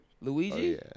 Luigi